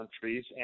countries